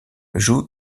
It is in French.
joue